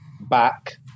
back